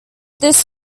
this